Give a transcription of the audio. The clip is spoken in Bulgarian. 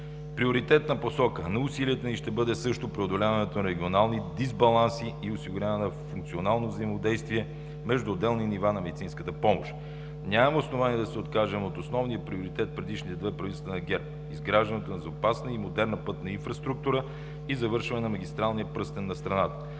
Приоритетна посока на усилията ни ще бъде и преодоляването на регионални дисбаланси, и осигуряване на функционално взаимодействие между отделни нива на медицинската помощ. Нямаме основания да се откажем от основния приоритет в предишните две правителства на ГЕРБ – изграждането на безопасна и модерна пътна инфраструктура и завършване на магистралния пръстен на страната.